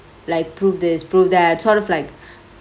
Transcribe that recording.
like prove this prove that sort of like